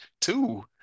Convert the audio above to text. Two